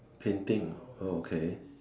can think oh okay